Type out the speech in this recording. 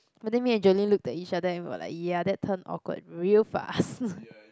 but then me and Jolene looked at each other and we were like ya that turned awkward real fast